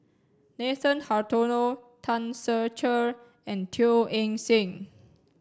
Nathan Hartono Tan Ser Cher and Teo Eng Seng